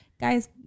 Guys